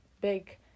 big